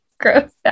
Gross